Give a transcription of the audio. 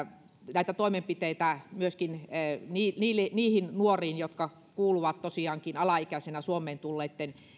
näitä toimenpiteitä myöskin niihin nuoriin jotka kuuluvat tosiaankin alaikäisenä suomeen tulleitten